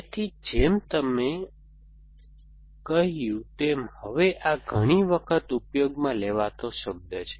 તેથી જેમ કહ્યું તેમ હવે આ ઘણી વખત ઉપયોગમાં લેવાતો શબ્દ છે